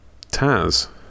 Taz